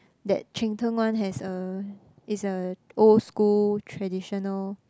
that Cheng-Teng one has a is a old school traditional